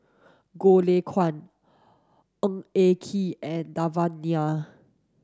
Goh Lay Kuan Ng Eng Kee and Devan Nair